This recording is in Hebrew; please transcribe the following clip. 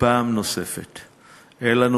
אדוני